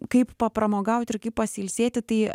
kaip papramogauti ir kaip pasiilsėti tai